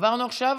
עברנו עכשיו